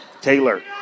Taylor